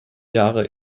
jahre